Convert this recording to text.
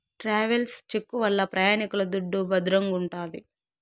travels cheque వల్ల ప్రయాణికుల దుడ్డు భద్రంగుంటాది